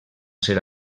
ser